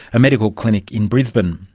a medical clinic in brisbane.